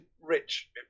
rich